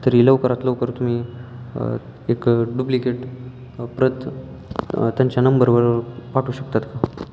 तरी लवकरात लवकर तुम्ही एक डुप्लिकेट प्रत त्यांच्या नंबरवर पाठवू शकतात का